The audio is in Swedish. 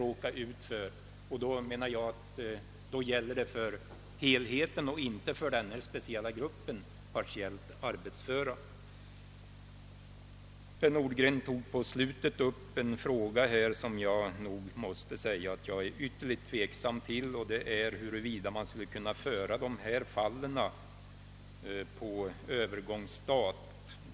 Det är ingenting som gäller bara för gruppen partiellt arbetsföra. Herr Nordgren tog i slutet av sitt anförande upp en fråga som jag ställer mig ytterligt tveksam till, nämligen huruvida vi inte skulle kunna föra över dessa personer på övergångsstat.